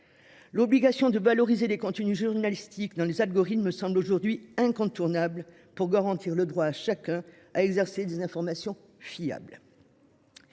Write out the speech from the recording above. L’obligation de valoriser les contenus journalistiques dans les algorithmes me semble aujourd’hui incontournable pour garantir le droit de chacun à accéder à des informations fiables.